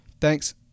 Thanks